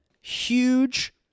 huge